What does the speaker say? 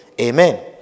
Amen